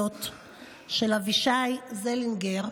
של אבישי זלינגר,